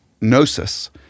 gnosis